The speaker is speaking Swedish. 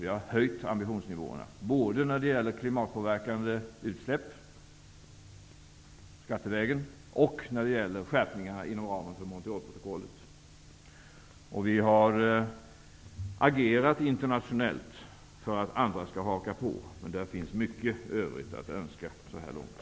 Vi har höjt ambitionsnivån, både skattevägen när det gäller klimatpåverkande utsläpp och när det gäller skärpningarna inom ramen för Montrealprotokollet. Vi har agerat internationellt för att andra skall haka på, men där finns mycket övrigt att önska så här långt.